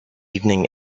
evening